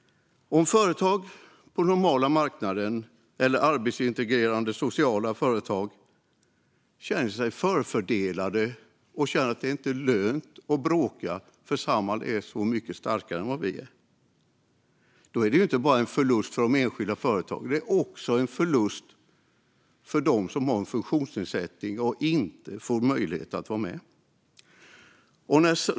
Om företag på den normala marknaden eller arbetsintegrerande sociala företag känner sig förfördelade och känner att det inte är lönt att bråka eftersom Samhall är så mycket starkare än de är, då är det en förlust inte bara för de enskilda företagen utan också för dem som har en funktionsnedsättning och inte får möjlighet att vara med.